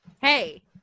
hey